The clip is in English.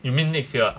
you mean next year ah